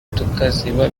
tukaziba